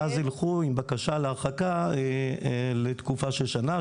אז ילכו עם בקשה להרחקה לתקופה של שנה,